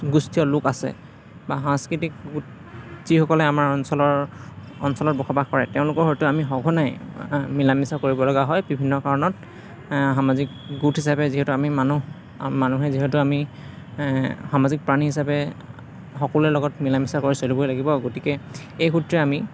গোষ্ঠীয় লোক আছে বা সাংস্কৃতিক যিসকলে আমাৰ অঞ্চলৰ অঞ্চলত বসবাস কৰে তেওঁলোকৰ সৈতেও আমি সঘনাই মিলা মিছা কৰিব লগা হয় বিভিন্ন কাৰণত সামাজিক গোট হিচাপে আমি মানুহ মানুহ যিহেতু আমি সামাজিক প্ৰাণী হিচাপে সকলোৰে লগত মিলা মিছা কৰি চলিবই লাগিব গতিকে এই সূত্ৰে আমি